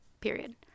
period